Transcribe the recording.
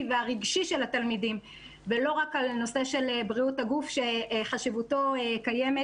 והרגשי של התלמידים ולא רק על הנושא של בריאות הגוף שחשיבותו קיימת,